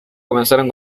comenzaron